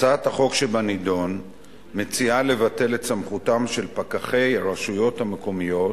הצעת החוק שבנדון מציעה לבטל את סמכותם של פקחי הרשויות המקומיות